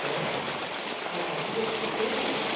hello হ্যাঁ কী করছিস ফ্রি আছিস